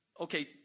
Okay